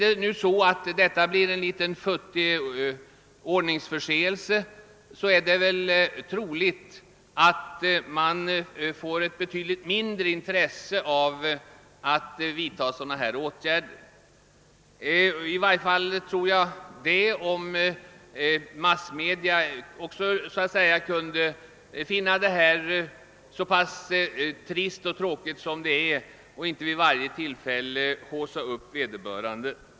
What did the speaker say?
Bedöms detta nu som en liten futtig ordningsföreteelse, är det väl troligt att intresset för sådana åtgärder blir betydligt mindre — i varje fall tror jag det gäller om massmedia behandlade dessa händelser som de trista och tråkiga händelser de är utan att vid varje tillfälle haussa upp dem.